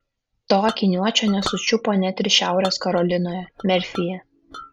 to akiniuočio nesučiupo net ir šiaurės karolinoje merfyje